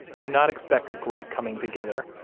do not expect a great coming together.